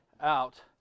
out